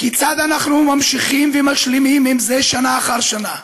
כיצד אנחנו ממשיכים ומשלימים עם זה שנה אחר שנה?